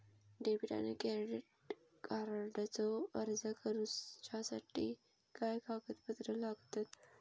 Debit आणि credit कार्डचो अर्ज करुच्यासाठी काय कागदपत्र लागतत?